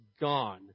gone